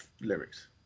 lyrics